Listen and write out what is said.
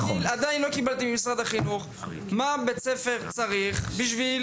אני עדיין לא קיבלתי תשובה ממשרד החינוך לשאלה מה בית הספר צריך בשביל